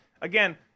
again